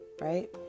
right